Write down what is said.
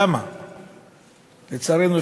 לצערנו,